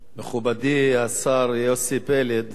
מכובדי השר יוסי פלד,